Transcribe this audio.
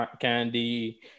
Candy